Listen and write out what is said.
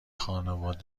خانواده